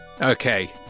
okay